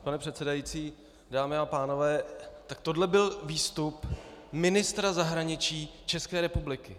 Pane předsedající, dámy a pánové, tak tohle byl výstup ministra zahraničí České republiky...